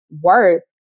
worth